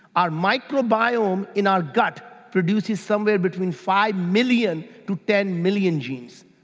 our microbiome in our gut produces somewhere between five million to ten million genes.